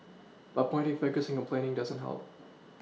but pointing fingers and complaining doesn't help